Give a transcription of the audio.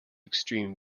extreme